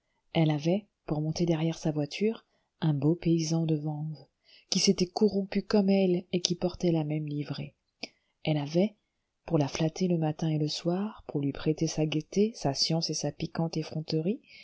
elle avait pour monter derrière sa voiture un beau paysan de vanves qui s'était corrompu comme elle et qui portait la même livrée elle avait pour la flatter le matin et le soir pour lui prêter sa gaieté sa science et sa piquante